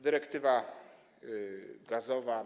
Dyrektywa gazowa.